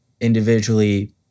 individually